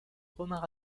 romains